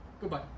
goodbye